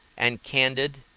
and candid,